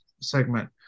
segment